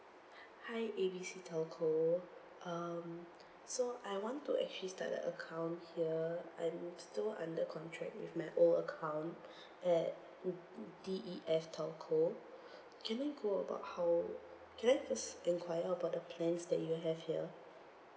hi A B C telco um so I want to actually start an account here I'm still under contract with my old account at D E F telco can I go about how can I first enquire about the plans that you have here